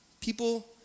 people